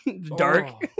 dark